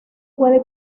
puede